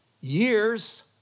years